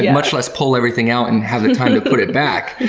much less pull everything out and have the time to put it back!